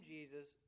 Jesus